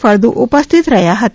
ફળદુ ઉપસ્થિત રહ્યા હતા